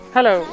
Hello